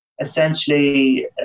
essentially